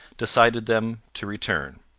decided them to return.